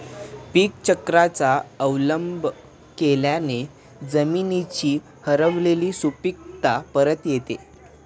पीकचक्राचा अवलंब केल्याने जमिनीची हरवलेली सुपीकता परत येते